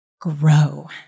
grow